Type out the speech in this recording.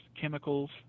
chemicals